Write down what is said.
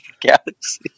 galaxy